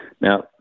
Now